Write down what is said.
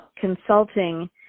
consulting